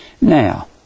Now